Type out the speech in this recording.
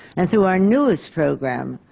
and through our newest program,